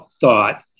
thought